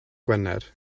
gwener